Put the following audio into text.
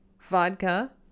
vodka